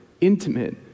intimate